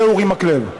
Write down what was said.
ואורי מקלב.